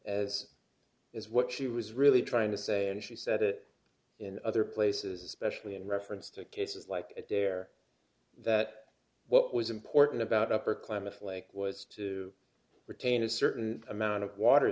as is what she was really trying to say and she said it in other places especially in reference to cases like adair that what was important about upper klamath lake was to retain a certain amount of water